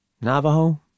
Navajo